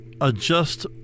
adjust